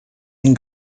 and